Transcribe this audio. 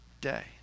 day